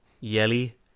yelly